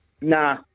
nah